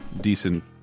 decent